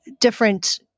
different